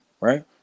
right